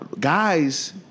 guys